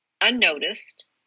unnoticed